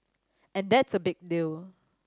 and that's a big deal